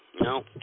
No